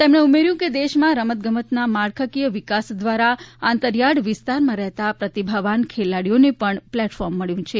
તેમણે ઉમેર્થું હતું કે દેશમાં રમત ગમતના માળખાકીય વિકાસ દ્વારા અંતરિયાળ વિસ્તારમાં રહેતા પ્રતિભાવાન ખેલાડીઓને પણ પ્લેટફોર્મ મબ્યું છે